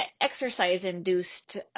exercise-induced